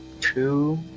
two